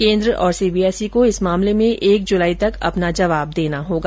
केन्द्र और सीबीएसई को इस मामले में एक जुलाई तक अपना जवाब देना होगा